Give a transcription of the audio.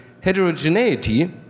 heterogeneity